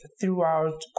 throughout